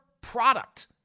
product